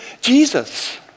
Jesus